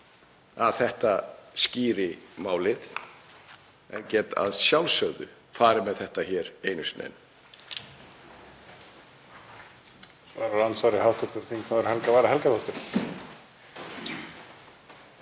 að þetta skýri málið, en ég get að sjálfsögðu farið með þetta hér einu sinni